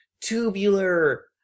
tubular